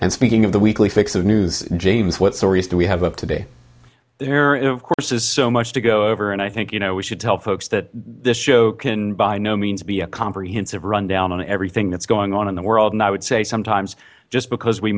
and speaking of the weekly fix of news james what stories do we have up to today there of course is so much to go over and i think you know we should tell folks that this show can by no means be a comprehensive rundown on everything that's going on the world and i would say sometimes just because we